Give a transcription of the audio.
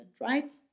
Right